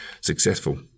successful